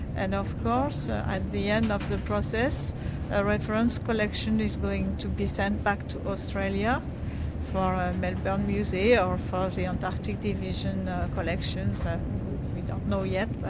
and of course at the end of the process a reference collection is going to be sent back to australia for ah a melbourne museum or for the antarctic division collections. we don't know yet,